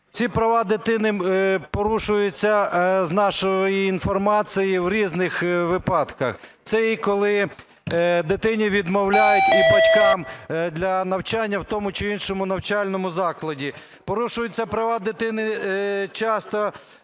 Ці права дитини порушуються, за нашою інформацією, в різних випадках. Це коли дитині відмовляють і батькам для навчання в тому чи іншому навчальному закладі. Порушуються права дитини часто,